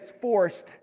forced